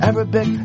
Arabic